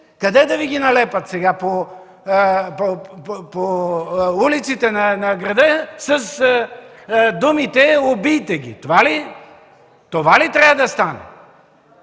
Къде да Ви ги налепят сега? По улиците на града с думите „Убийте ги!”? Това ли трябва да стане?